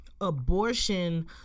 abortion